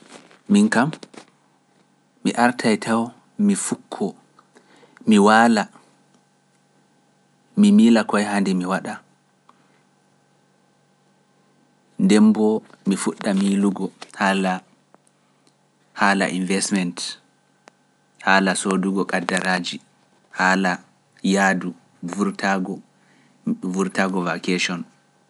Min kam, mi arta e taw mi fukkoo, mi waala, mi miila koye haa nde mi waɗa, ndemboo mi fuɗɗa miilugo haala haala investment, haala soodugo kaddaraaji, haala yaadu vurtago wurtago vacation.